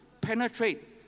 penetrate